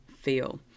feel